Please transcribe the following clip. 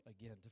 again